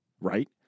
Right